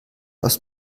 aus